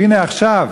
והנה, עכשיו